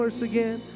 again